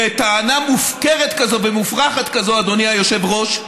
וטענה מופקרת כזו ומופרכת כזו, אדוני היושב-ראש,